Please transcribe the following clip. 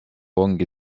ongi